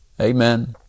amen